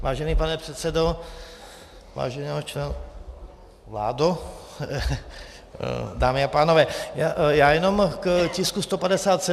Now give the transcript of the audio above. Vážený pane předsedo, vážená vládo, dámy a pánové, já jenom k tisku 157.